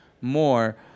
more